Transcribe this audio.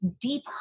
deep